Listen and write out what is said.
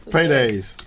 Paydays